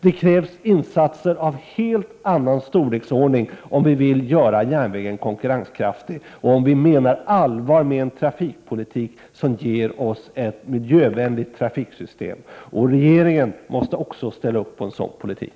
Det krävs insatser av helt annan storleksordning, om vi vill göra järnvägen konkurrenskraftig och om vi menar allvar med en trafikpolitik som ger oss ett miljövänligt trafiksystem. Också regeringen måste ställa sig bakom en sådan politik.